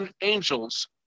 angels